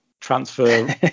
transfer